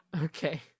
okay